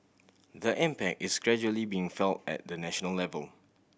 the impact is gradually being felt at the national level